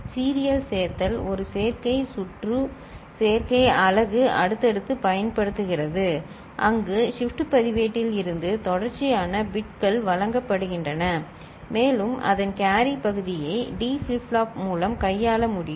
serial சேர்த்தல் ஒரு சேர்க்கை சுற்று சேர்க்கை அலகு அடுத்தடுத்து பயன்படுத்துகிறது அங்கு ஷிப்ட் பதிவேட்டில் இருந்து தொடர்ச்சியான பிட்கள் வழங்கப்படுகின்றன மேலும் அதன் கேரி பகுதியை டி ஃபிளிப் ஃப்ளாப் மூலம் கையாள முடியும்